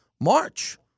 March